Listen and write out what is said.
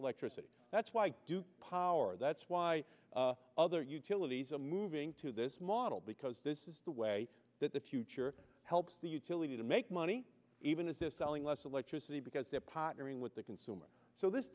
electricity that's why pollard that's why other utilities are moving to this model because this is the way that the future helps the utility to make money even if this selling less electricity because they're puttering with the consumer so this